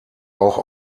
auch